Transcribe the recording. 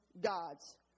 gods